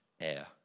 air